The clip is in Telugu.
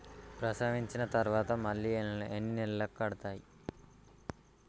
ప్రసవించిన తర్వాత మళ్ళీ ఎన్ని నెలలకు కడతాయి?